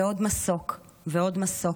ועוד מסוק ועוד מסוק,